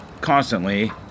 constantly